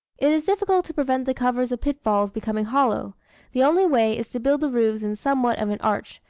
it is difficult to prevent the covers of pitfalls becoming hollow the only way is to build the roofs in somewhat of an arch,